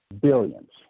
Billions